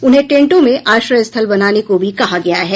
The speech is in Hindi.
उन्हें टेंटों में आश्रय स्थल बनाने को भी कहा गया है